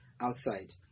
outside